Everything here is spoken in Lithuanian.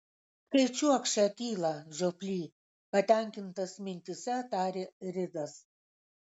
skaičiuok šią tylą žioply patenkintas mintyse tarė ridas